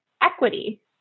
equity